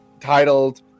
titled